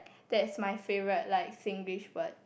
that's my favourite like Singlish word